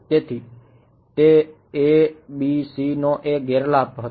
તેથી તે ABC નોએ ગેરલાભ હતો